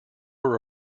were